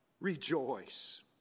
Rejoice